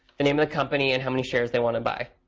the name of the company, and how many shares they want to buy.